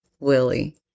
Willie